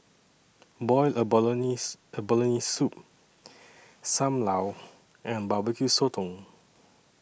boiled abalone Soup SAM Lau and Barbecue Sotong